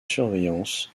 surveillance